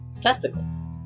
Testicles